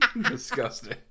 Disgusting